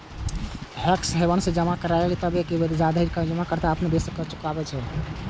tax haven मे जमा करनाय तबे तक वैध छै, जाधरि जमाकर्ता अपन देशक कर चुकबै छै